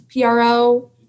PRO